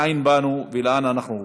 מאין באנו ולאן אנחנו הולכים.